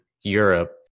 Europe